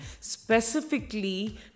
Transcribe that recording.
Specifically